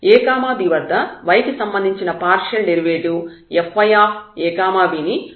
ab వద్ద y కి సంబంధించిన పార్షియల్ డెరివేటివ్ fyab ని పాజిటివ్ గా తీసుకుందాం